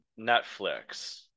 Netflix